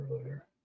earlier